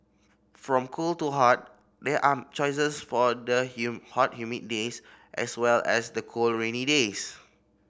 from cold to hot there are choices for the hot humid days as well as the cold rainy days